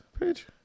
page